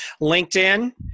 LinkedIn